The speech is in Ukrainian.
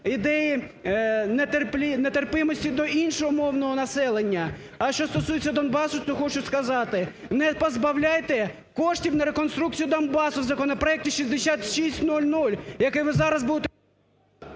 ідеї нетерпимості до іншого мовного населення. А що стосується Донбасу, то хочу сказати, не позбавляйте коштів на реконструкцію Донбасу законопроекту 6600, який ви зараз будете…